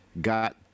got